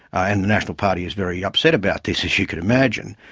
and the national party is very upset about this, as you can imagine.